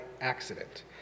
accident